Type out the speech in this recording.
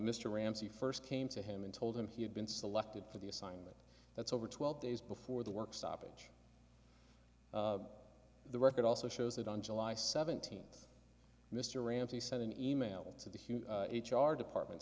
mr ramsey first came to him and told him he had been selected for the assignment that's over twelve days before the work stoppage the record also shows that on july seventeenth mr ramsey sent an e mail to the human h r department